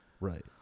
right